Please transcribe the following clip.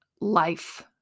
life